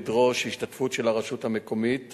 לדרוש השתתפות של הרשות המקומית